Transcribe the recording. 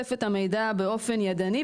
ואוסף את המידע באופן ידני,